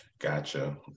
gotcha